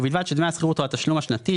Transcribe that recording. ובלבד שדמי השכירות או התשלום השנתי,